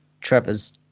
Trevor's